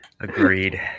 Agreed